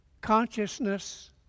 Consciousness